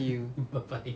see you